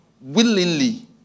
willingly